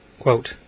Quote